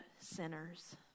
sinners